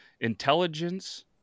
Intelligence